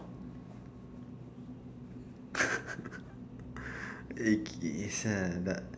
eh ki~ sia dah